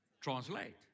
translate